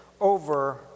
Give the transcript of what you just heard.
over